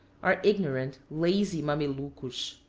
are ignorant, lazy mamelucos.